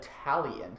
Italian